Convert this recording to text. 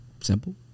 Simple